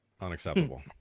unacceptable